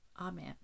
Amen